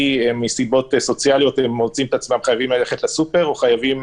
הם מוצאים את עצמם חייבים ללכת לסופר וכדומה.